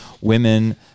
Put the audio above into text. Women